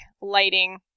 lighting